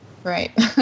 Right